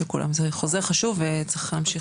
זה חוזר חשוב וצריך להמשיך.